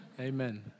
Amen